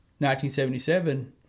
1977